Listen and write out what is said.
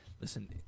listen